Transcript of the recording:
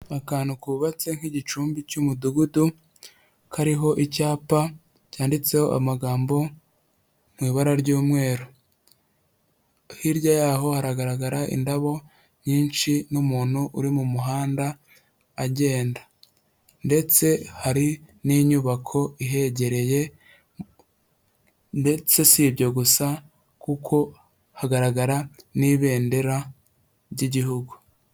Akantu kubatse nk'igicumbi cy'umudugudu kariho icyapa cyanditseho amagambo mu ibara ry'umweru, hirya yaho hagaragara indabo nyinshi n'umuntu uri mu muhanda agenda ndetse hari n'inyubako ihegereye ndetse si ibyo gusa kuko hagaragara n'ibendera ry'igihugu.